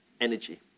energy